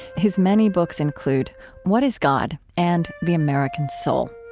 his many books include what is god? and the american soul.